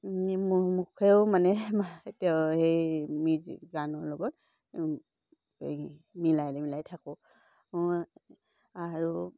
এনেই মুখেও মানে তেওঁ সেই মিউজিক গানৰ লগত এই মিলাই মিলাই থাকোঁ আৰু